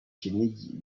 kinigi